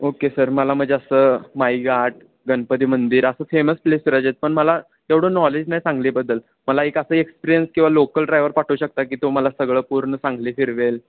okay sir मला म्हणजे असं माईघाट गणपती मंदिर असं फेमस प्लेस फिरायचे आहेत पण मला तेवढं नॉलेज नाही सांगलीबद्दल मला एक असं एक्सपिरियन्स किंवा लोकल ड्रायव्हर पाठवू शकता की तो मला सगळं पूर्ण सांगली फिरवेल